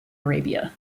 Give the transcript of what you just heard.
arabia